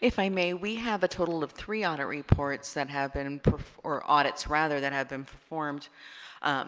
if i may we have a total of three audit reports that have been before audits rather than have been performed